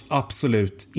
absolut